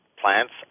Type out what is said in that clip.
plants